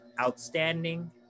outstanding